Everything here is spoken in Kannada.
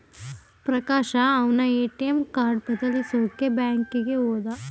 ಪ್ರಕಾಶ ಅವನ್ನ ಎ.ಟಿ.ಎಂ ಕಾರ್ಡ್ ಬದಲಾಯಿಸಕ್ಕೇ ಬ್ಯಾಂಕಿಗೆ ಹೋದ